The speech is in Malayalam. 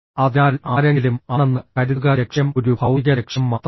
അതിനാൽ ആരെങ്കിലും ആണെന്ന് കരുതുക ലക്ഷ്യം ഒരു ഭൌതിക ലക്ഷ്യം മാത്രമാണ്